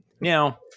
Now